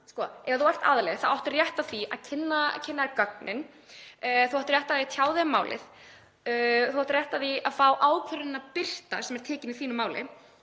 Ef þú ert aðili áttu rétt á því að kynna þér gögnin, þú átt rétt á því að tjá þig um málið, þú átt rétt á því að fá ákvörðunina birta sem er tekin í þínu máli